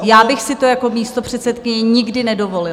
Já bych si to jako místopředsedkyně nikdy nedovolila.